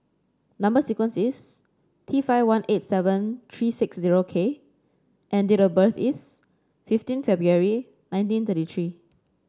number sequence is T five one eight seven three six zero K and date of birth is fifteen February nineteen thirty three